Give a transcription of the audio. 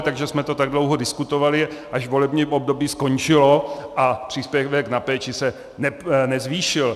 Takže jsme to tak dlouho diskutovali, až volebním období skončilo a příspěvek na péči se nezvýšil.